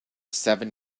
seven